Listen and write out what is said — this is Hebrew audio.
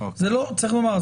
זה לא 900. צריך לומר,